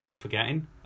forgetting